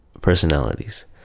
personalities